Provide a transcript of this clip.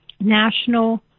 national